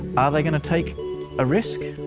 are they going to take a risk?